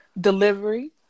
delivery